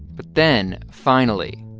but then, finally,